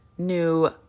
new